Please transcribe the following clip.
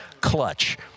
clutch